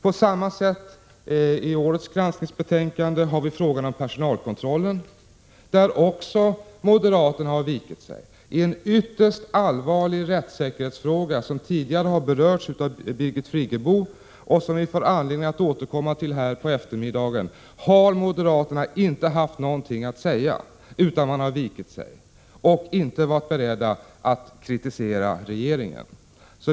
På samma sätt är det när det gäller årets granskningsbetänkande. Här har vi frågan om personalkontrollen, där moderaterna också har vikit sig. I en ytterst allvarlig rättssäkerhetsfråga, som tidigare har berörts av Birgit Friggebo och som vi får anledning att återkomma till här på eftermiddagen, har moderaterna inte haft någonting att säga och inte varit beredda att kritisera regeringen.